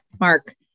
Mark